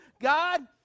God